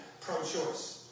pro-choice